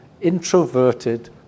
introverted